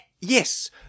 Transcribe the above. Yes